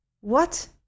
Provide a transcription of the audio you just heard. What